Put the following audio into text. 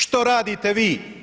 Što radite vi?